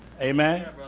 Amen